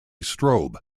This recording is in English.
strobe